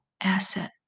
asset